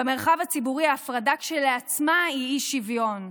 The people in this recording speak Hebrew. במרחב הציבורי ההפרדה כשלעצמה היא אי-שוויון.